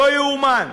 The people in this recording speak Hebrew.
לא יאומן.